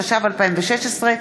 התשע"ו 2016,